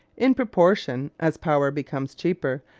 in proportion as power becomes cheaper,